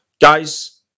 Guys